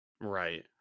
Right